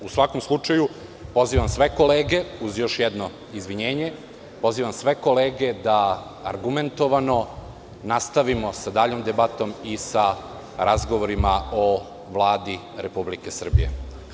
U svakom slučaju, pozivam sve kolege, uz još jedno izvinjenje, da argumentovano nastavimo sa daljom debatom i sa razgovorima o Vladi Republike Srbije.